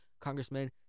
Congressman